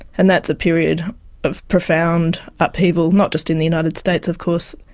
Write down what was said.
and that's a period of profound upheaval, not just in the united states of course,